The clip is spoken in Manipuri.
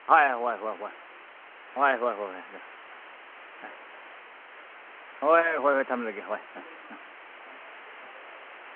ꯍꯣꯏ ꯍꯣꯏ ꯍꯣꯏ ꯍꯣꯏ ꯍꯣꯏ ꯍꯣꯏ ꯍꯣꯏ ꯍꯣꯏ ꯍꯣꯏ ꯍꯣꯏ ꯍꯣꯏ ꯊꯝꯂꯒꯦ ꯍꯣꯏ ꯍꯣꯏ